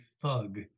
thug